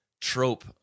trope